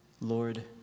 Lord